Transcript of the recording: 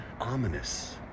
ominous